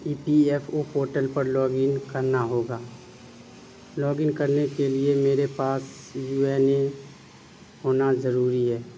ای P F O portal پر log in کرنا ہوگا لاگ ان کرنے کے لیے میرے پاس یو این اے ہونا ضروری ہے